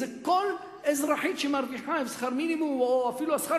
זה כל אזרחית שמרוויחה שכר מינימום או אפילו השכר